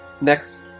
next